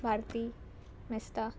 Bharati Mestan